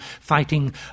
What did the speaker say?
fighting